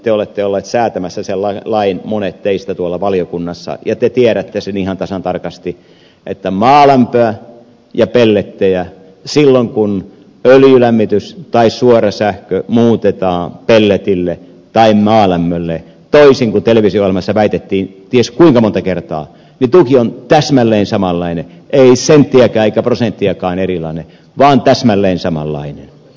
te olette olleet säätämässä sen lain monet teistä tuolla valiokunnassa ja te tiedätte sen ihan tasan tarkasti että maalämmöllä ja pelleteillä silloin kun öljylämmitys tai suora sähkö vaihdetaan pelletteihin tai maalämpöön toisin kuin televisio ohjelmassa väitettiin ties kuinka monta kertaa tuki on täsmälleen samanlainen ei senttiäkään eikä prosenttiakaan erilainen vaan täsmälleen samanlainen